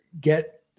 get